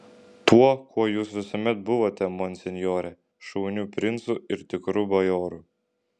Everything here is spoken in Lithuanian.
tuo kuo jūs visuomet buvote monsinjore šauniu princu ir tikru bajoru